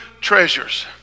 treasures